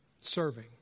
Serving